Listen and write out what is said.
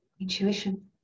intuition